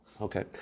Okay